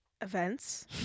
events